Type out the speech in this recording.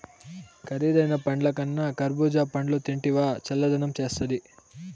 కరీదైన పండ్లకన్నా కర్బూజా పండ్లు తింటివా చల్లదనం చేస్తాది